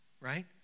right